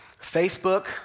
Facebook